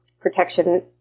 protection